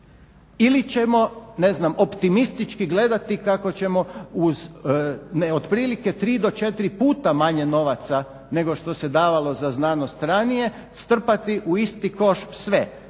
ne znam optimistički gledati kako ćemo uz otprilike tri do četiri puta manje novaca nego što se davalo za znanost ranije strpati u isti koš sve,